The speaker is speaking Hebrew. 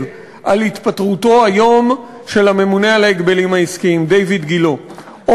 על התפטרותו של הממונה על ההגבלים העסקיים דיויד גילה היום,